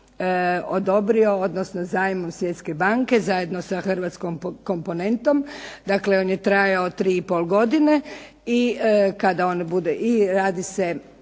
odobrio odnosno zajmom Svjetske banke zajedno sa hrvatskom komponentom, on je trajao tri i pol godine i kada on bude, i radi se